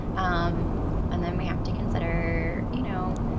um and then we have to consider, you know,